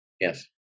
Yes